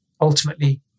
ultimately